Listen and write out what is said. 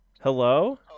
Hello